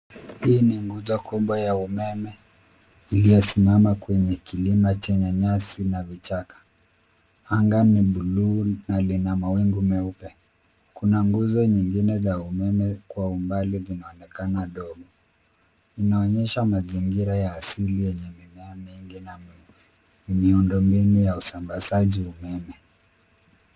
Hii ni nguzo kubwa ya umeme iliyosimama kwenye kilima chenye nyasi na vichaka. Anga ni bluu na lina mawingu meupe. Kuna nguzo nyingine za umeme kwa umbali zinaonekana ndogo. Inaonyesha mazingira ya asili yenye mimea mingi na miundo mbinu ya usambazaji umeme.